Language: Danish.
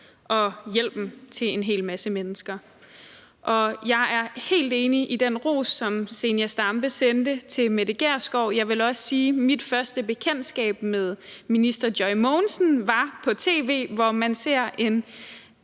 og hjælpen til en hel masse mennesker i langdrag. Jeg er helt enig i den ros, som fru Zenia Stampe sendte til fru Mette Gjerskov. Jeg vil også sige, at mit første bekendtskab med minister Joy Mogensen var på tv, hvor man ser en